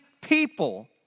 people